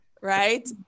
right